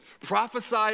Prophesy